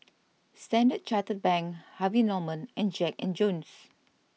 Standard Chartered Bank Harvey Norman and Jack and Jones